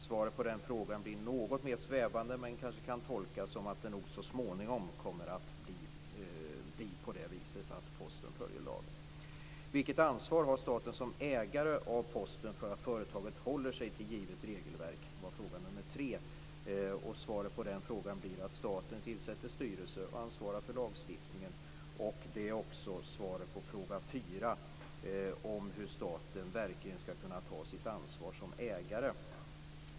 Svaret på den frågan blir något mer svävande. Men det kan kanske tolkas som att Posten så småningom kommer att följa lagen. Fråga nummer tre var: Vilket ansvar har staten, som ägare av Posten, för att företaget håller sig till givet regelverk? Svaret på den frågan blir att staten tillsätter en styrelse och ansvarar för lagstiftningen. Det är också svaret på fråga fyra om hur staten verkligen skall kunna ta sitt ansvar som ägare.